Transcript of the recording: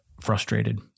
frustrated